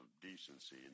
decency